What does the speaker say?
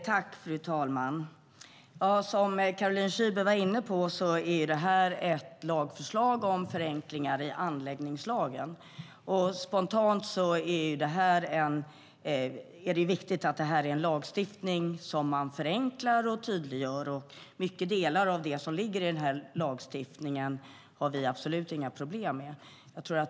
Fru talman! Precis som Caroline Szyber var inne på är det nu fråga om ett lagförslag om förenklingar i anläggningslagen. Spontant handlar det om en lag som ska förenklas och tydliggöras. Många delar av lagstiftningsförslaget har vi absolut inga problem med.